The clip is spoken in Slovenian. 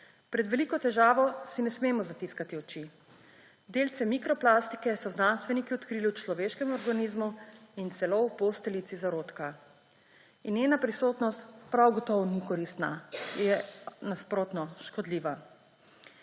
Pred veliko težavo si ne smemo zatiskati oči. Delce mikroplastike so znanstveniki odkrili v človeškem organizmu in celo v posteljici zarodka. In njena prisotnost prav gotovo ni koristna; nasprotno, je škodljiva.